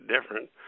different